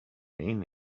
mean